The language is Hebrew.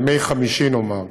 בימי חמישי נאמר,